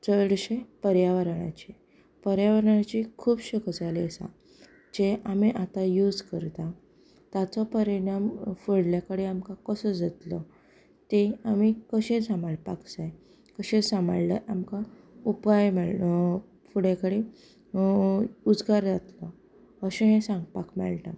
चडशे पर्यावरणाचे पर्यावरणाची खुबश्यो गजाली आसा जे आमी आतां यूज करता ताचो परिणाम फुडल्या कडेन आमकां कसो जातलो तें आमी कशें सांबाळपाक जाय कशें सांबाळ्ळें आमकां उपाय मेळ्ळें फुडें कडेन उजगार जातलो अशें हें सांगपाक मेळटा